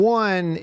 one